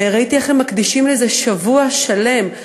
וראיתי איך הם מקדישים לזה שבוע שלם,